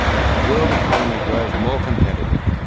as the world economy grows more competitive,